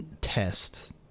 test